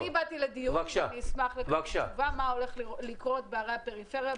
אני באתי לדיון ואני אשמח לקבל תשובה מה הולך לקרות בערי הפריפריה,